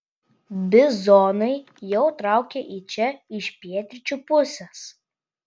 bizonai jau traukia į čia iš pietryčių pusės